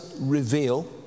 reveal